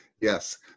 yes